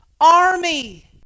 army